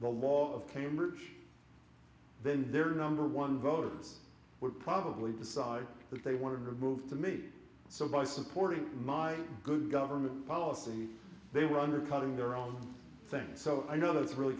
the law of cambridge then their number one voters were probably decide that they wanted to move to me so by supporting my good government policy they were undercutting their own things so i know that's really